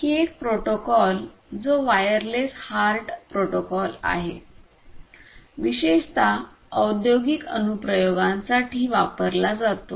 आणखी एक प्रोटोकॉल जो वायरलेस हार्ट प्रोटोकॉल आहे विशेषतः औद्योगिक अनुप्रयोगांसाठी वापरला जातो